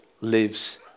lives